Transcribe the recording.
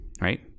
right